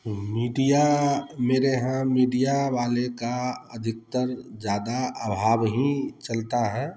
media मेरे यहाँ media वाले का अधिकतर ज्यादा अभाव ही चलता है